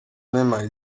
made